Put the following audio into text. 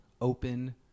open